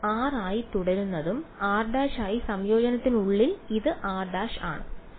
ഇത് r ആയി തുടരുന്നതും r′ അല്ല സംയോജനത്തിനുള്ളിൽ ഇത് r′ ആണ്